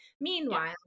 meanwhile